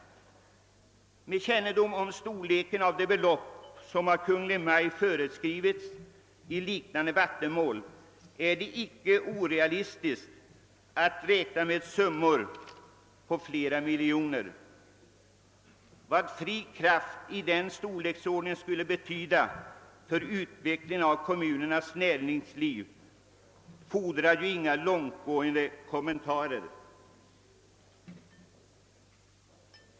Med kännedom om storleken av de belopp som av Kungl. Maj:t föreskrivits i liknande vattenmål är det icke orealistiskt att räkna med summor på flera miljoner. Vad fri kraft i den storleksordningen skulle betyda för utvecklingen av kommunens näringsliv, fordrar ju inga långtgående kommentarer.